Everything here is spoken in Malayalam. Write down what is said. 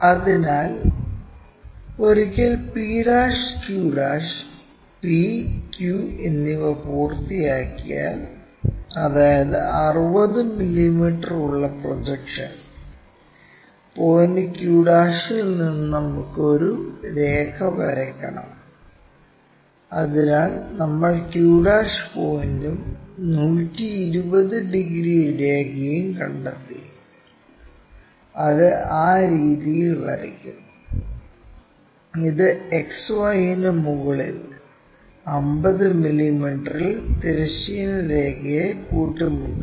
അതിനാൽ ഒരിക്കൽ p' q p q എന്നിവ പൂർത്തിയാക്കിയാൽ അതായത് 60 മില്ലിമീറ്റർ ഉള്ള പ്രൊജക്ഷൻ പോയിന്റ് q ൽ നിന്ന് നമുക്ക് ഒരു രേഖ വരയ്ക്കണം അതിനാൽ നമ്മൾ q പോയിന്റും 120 ഡിഗ്രി രേഖയും കണ്ടെത്തി അത് ആ രീതിയിൽ വരയ്ക്കും ഇത് XY ന് മുകളിൽ 50 മില്ലീമീറ്ററിൽ തിരശ്ചീന രേഖയെ കൂട്ടിമുട്ടുന്നു